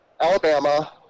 alabama